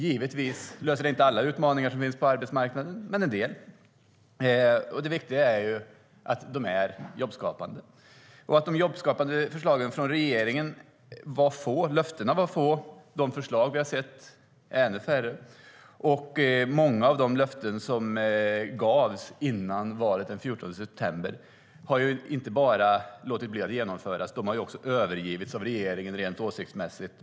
Givetvis löser de inte alla utmaningar som finns på arbetsmarknaden, men en del. Det viktiga är att de är jobbskapande. Löftena från regeringen om jobbskapande förslag har varit få. De förslag vi har sett är ännu färre. Många av de löften som gavs före valet den 14 september har man inte bara låtit bli att genomföra; de har också övergivits av regeringen rent åsiktsmässigt.